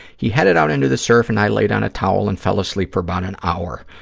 he headed out into the surf and i laid on a towel and fell asleep for about an hour.